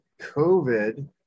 COVID